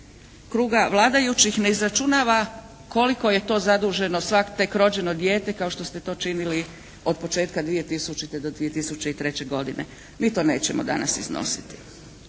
kruga vladajućih ne izračunava koliko je to zaduženo svak, tek rođeno dijete kao što ste to činili od početka 2000. do 2003. godine. Mi to nećemo danas iznositi.